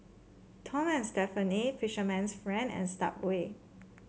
Tom and Stephanie Fisherman's Friend and Subway